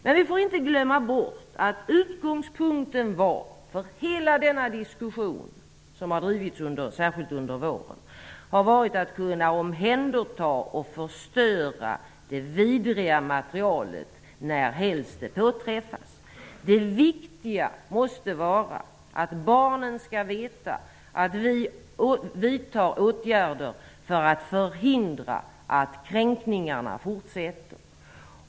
Men vi får inte glömma bort att utgångspunkten för hela denna diskussion som drivits, särskilt under våren, har varit att kunna omhänderta och förstöra det vidriga materialet närhelst det påträffas. Det viktiga måste vara att barnen skall veta att vi vidtar åtgärder för att förhindra att kränkningarna fortsätter.